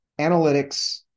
analytics